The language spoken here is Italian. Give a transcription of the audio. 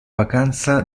vacanza